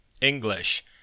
English